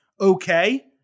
okay